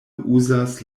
uzas